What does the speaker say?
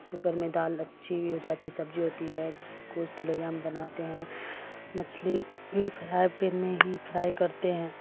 cooker میں دال اچھی بھی ہو جاتی ہے سبجی ہوتی ہے گوست لوہیا میں بناتے ہیں مچھلی بھی فرائی پین میں ہی فرائی کرتے ہیں